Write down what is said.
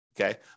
Okay